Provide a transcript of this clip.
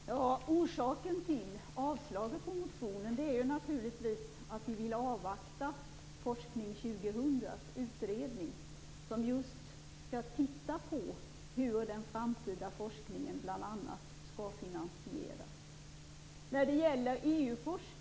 Fru talman! Orsaken till att vi har avstyrkt motionen är naturligtvis att vi vill avvakta Forskning 2000, som bl.a. skall titta på hur den framtida forskningen skall finansieras.